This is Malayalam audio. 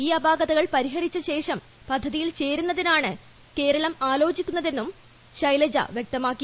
ഈ അപാകതകൾ പരിഹരിച്ചശേഷം പദ്ധതിയിൽ ചേരുന്നതിനാണ് കേരളം ആലോചിക്കുന്നതെന്നും ശൈലജ വ്യക്തമാക്കി